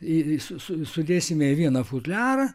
į su sudėsime į vieną futliarą